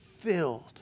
filled